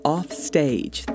Offstage